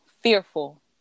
fearful